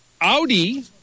Audi